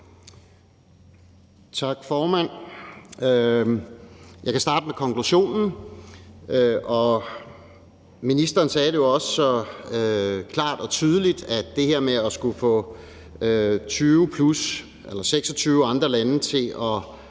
Tak, formand. Jeg kan starte med konklusionen, og ministeren sagde det jo også så klart og tydeligt: Det her med at skulle få 26 andre lande til at